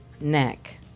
neck